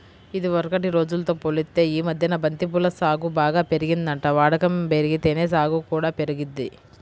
ఇదివరకటి రోజుల్తో పోలిత్తే యీ మద్దెన బంతి పూల సాగు బాగా పెరిగిందంట, వాడకం బెరిగితేనే సాగు కూడా పెరిగిద్ది